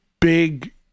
big